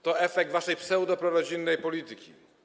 To jest efekt waszej pseudoprorodzinnej polityki.